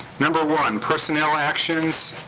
number one, personnel actions.